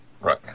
right